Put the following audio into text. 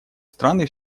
страны